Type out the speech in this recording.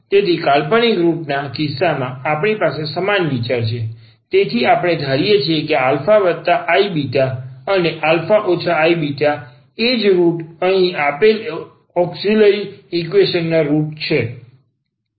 તેથી કાલ્પનિક રુટ ના કિસ્સામાં આપણી પાસે સમાન વિચાર છે તેથી આપણે ધારીએ છીએ કે α iβ અને આ α iβ એ જ રુટ અહીં આપેલ ઓકશીલરી ઈક્વેશન નાં રુટ છે